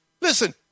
Listen